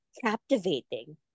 captivating